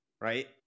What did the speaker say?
right